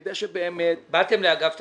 כדי שבאמת --- באתם לאגף תקציבים?